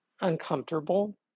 uncomfortable